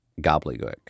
gobbledygook